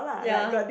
ya